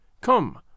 Come